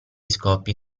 scoppi